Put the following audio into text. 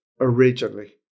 originally